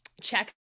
Check